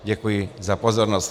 Děkuji za pozornost.